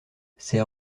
ces